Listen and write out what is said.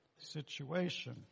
situation